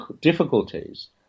difficulties